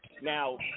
Now